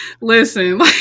listen